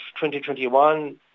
2021